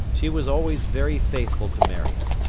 she was always very faithful to marion.